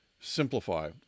simplify